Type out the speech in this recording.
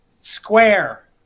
Square